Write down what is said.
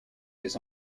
des